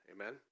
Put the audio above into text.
Amen